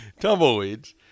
Tumbleweeds